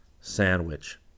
Sandwich